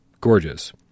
gorgeous